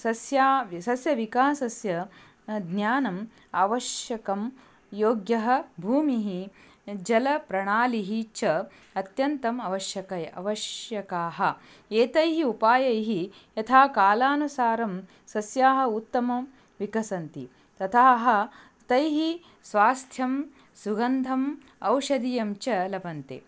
सस्या वि सस्यविकासस्य ज्ञानम् आवश्यकं योग्या भूमिः जलप्रणालिः च अत्यन्तम् आवश्यकम् आवश्यकम् एतैः उपायैः यथा कालानुसारं सस्यानि उत्तमं विकसन्ति तथाः तैः स्वास्थ्यं सुगन्धम् औषधीयं च लभन्ते